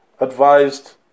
advised